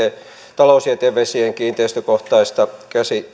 talousjätevesien kiinteistökohtaista